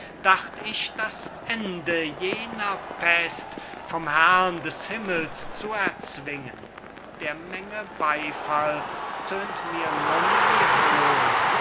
dacht ich das ende jener pest vom herrn des himmels zu erzwingen der menge beyfall tönt mir nun wie hohn